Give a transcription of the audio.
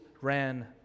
ran